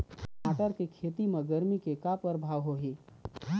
टमाटर के खेती म गरमी के का परभाव होही?